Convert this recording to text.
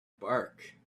park